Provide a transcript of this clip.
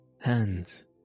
Hands